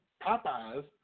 Popeye's